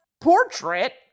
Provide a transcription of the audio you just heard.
portrait